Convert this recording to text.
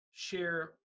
Share